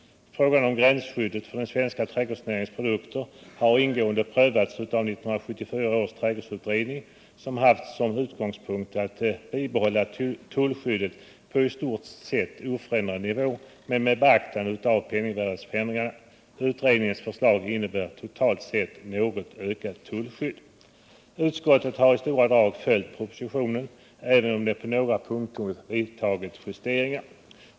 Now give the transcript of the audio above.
Frågan om gränsskyddet för den svenska trädgårdsnäringens produkter har ingående prövats av 1974 års trädgårdsutredning, som haft som utgångspunkt att bibehålla tullskyddet på i stort sett oförändrad nivå men med beaktande av penningvärdets förändringar. Utredningens förslag innebär totalt sett något ökat tullskydd. Skatteutskottet har i stora drag följt propositionen, även om utskottet på några punkter vidtagit justeringar.